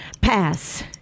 Pass